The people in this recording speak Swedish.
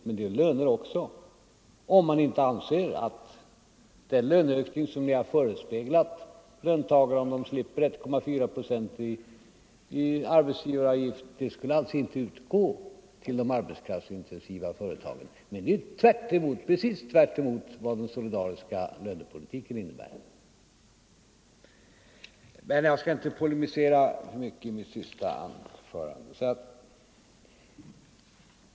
Men det gör löner också, om man inte anser att den löneökning som ni förespeglar löntagarna om arbetsgivarna slipper betala 1,4 procent av arbetsgivaravgiften inte skulle utgå inom arbetskraftsintensiva företag. Men det är precis tvärtemot vad den solidariska lönepolitiken innebär.